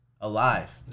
alive